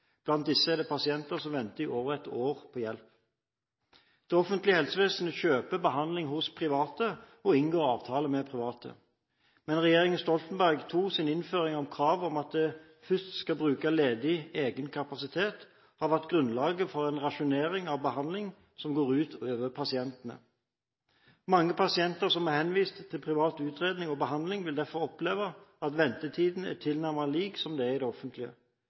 Blant disse er det pasienter som venter i over et år på hjelp. Det offentlige helsevesenet kjøper behandling hos private og inngår avtale med private. Men regjeringen Stoltenberg IIs innføring av kravet om at de først skal bruke egen ledig kapasitet, har vært grunnlag for en rasjonering av behandling som går ut over pasientene. Mange pasienter som er henvist til privat utredning og behandling, vil derfor oppleve at ventetiden er tilnærmet lik som i det offentlige. Det